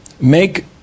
make